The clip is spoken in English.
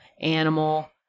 animal